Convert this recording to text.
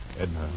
Edna